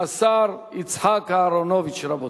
השר יצחק אהרונוביץ, רבותי,